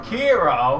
Kiro